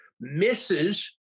misses